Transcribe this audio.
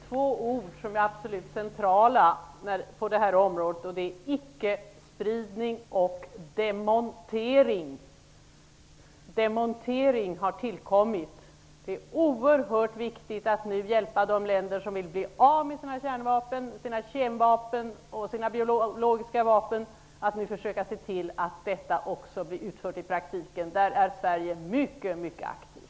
Herr talman! I den nya värld vi lever i är det två ord som är absolut centrala på detta område, och de är icke-spridning och demontering. Demontering har tillkommit. Det är oerhört viktigt att nu hjälpa de länder som vill bli av sina kärnvapen, sina kemvapen och sina biologiska vapen och försöka se till att detta blir utfört i praktiken. Där är Sverige mycket aktivt.